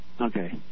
Okay